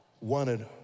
wanted